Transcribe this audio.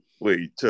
Wait